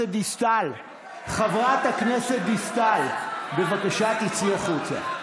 חברת הכנסת דיסטל, בבקשה, תצאי החוצה.